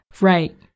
Right